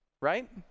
right